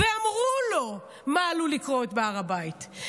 ואמרו לו מה עלול לקרות בהר הבית.